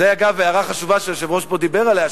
זו, אגב, הערה חשובה, שהיושב-ראש פה דיבר עליה.